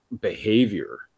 behavior